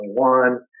2021